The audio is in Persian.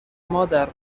مادر